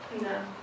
No